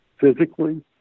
physically